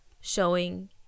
showing